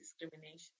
discrimination